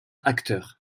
acteur